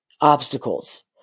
obstacles